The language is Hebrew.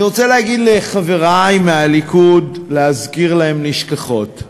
אני רוצה להגיד לחברי מהליכוד, להזכיר להם נשכחות: